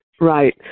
right